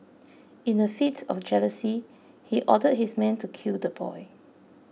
in a fit of jealousy he ordered his men to kill the boy